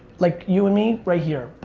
like you and me. right here.